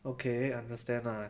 okay understand lah